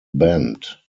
bend